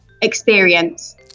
experience